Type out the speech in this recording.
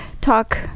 talk